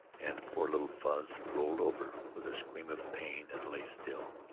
and poor little fuzz rolled over with a scream of pain and lay still.